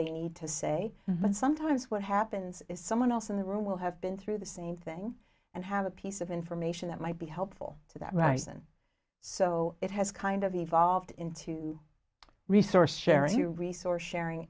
they need to say and sometimes what happens is someone else in the room will have been through the same thing and have a piece of information that might be helpful to them right and so it has kind of evolved into resource sharing a resource sharing